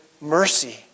mercy